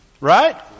Right